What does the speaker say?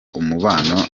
umubano